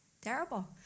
Terrible